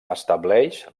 estableix